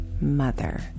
mother